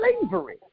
slavery